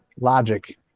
logic